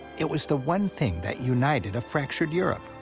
it was the one thing that united a fractured europe,